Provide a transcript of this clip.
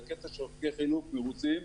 בקטע של חלקי חילוף מרוצים.